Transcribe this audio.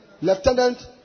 lieutenant